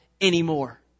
anymore